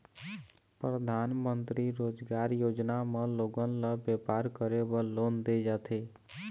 परधानमंतरी रोजगार योजना म लोगन ल बेपार करे बर लोन दे जाथे